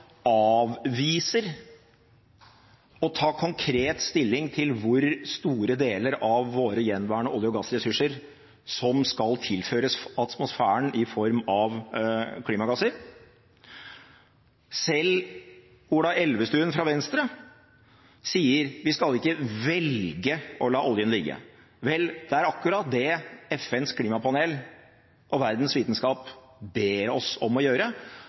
avviser å ta konkret stilling til hvor store deler av våre gjenværende olje- og gassressurser som skal tilføres atmosfæren i form av klimagasser. Selv Ola Elvestuen fra Venstre sier vi ikke skal velge å la oljen ligge. Vel, det er akkurat det FNs klimapanel og verdens vitenskap ber oss om å gjøre.